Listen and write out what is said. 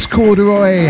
Corduroy